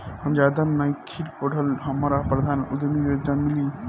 हम ज्यादा नइखिल पढ़ल हमरा मुख्यमंत्री उद्यमी योजना मिली?